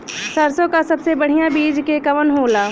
सरसों क सबसे बढ़िया बिज के कवन होला?